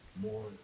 more